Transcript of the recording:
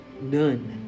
None